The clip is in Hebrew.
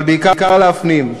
אבל בעיקר להפנים,